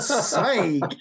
sake